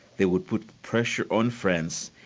they would put pressure on france,